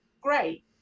great